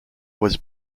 was